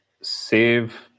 Save